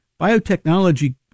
biotechnology